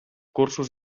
cursos